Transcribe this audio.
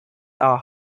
are